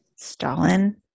Stalin